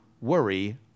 worry